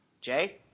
Jay